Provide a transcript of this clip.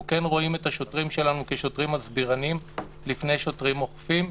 אנחנו כן רואים את השוטרים שלנו כשוטרים מסבירנים לפני שוטרים אוכפים,